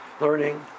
learning